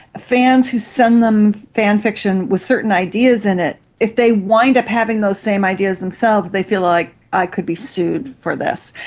fans who send them fan fiction with certain ideas in it, if they wind up having those same ideas themselves they feel like i could be sued for this.